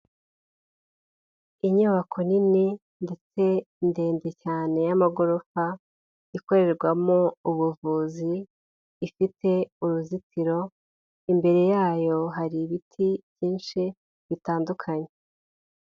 Inyubako nini ndetse ndende cyane y'amagorofa, ikorerwamo ubuvuzi, ifite uruzitiro imbere yayo hari ibiti byinshi bitandukanye.